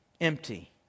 empty